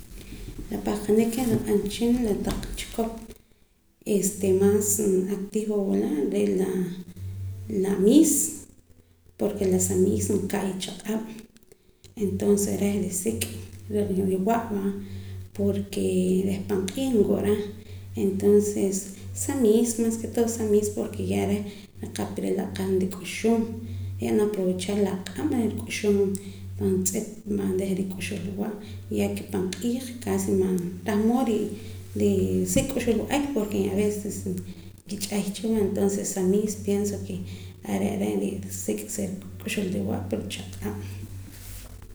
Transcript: La papahqanik ke nakab'anam cha wehchin la kotaq chikop este maas activo wula re' la la miis porke la sa miis nka'aya chaq'ab' entoces reh nrisik la riwa' va porke reh panq'iij nwura entonces sa miis mas ke todo sa miis porke ya reh nriqap nrila' qa' nrik'uxum nrib'an aprovechar la aq'ab' reh nrik'uxum juntz'ip reh k'uxb'al riwa' ya ke pan q'iij tah mood nrisik k'uxb'al wa'ak porke aveces nkich'ey cha va entonces sa miis pienso are' re' nrisik' sa k'uxb'al riwa' pero reh chaq'ab'